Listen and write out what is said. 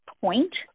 point